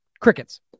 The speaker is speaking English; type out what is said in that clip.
Crickets